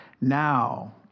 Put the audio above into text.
now